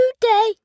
today